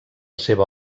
seva